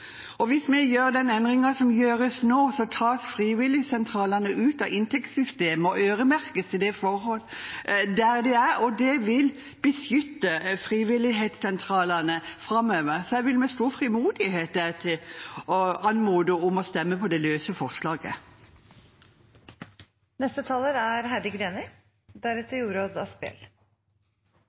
Hvis vi gjør den endringen som gjøres nå, tas frivilligsentralene ut av inntektssystemet og øremerkes der de er. Det vil beskytte frivilligsentralene framover. Jeg vil med stor frimodighet anmode om å stemme på det løse